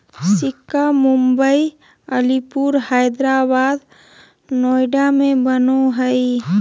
सिक्का मुम्बई, अलीपुर, हैदराबाद, नोएडा में बनो हइ